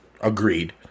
Agreed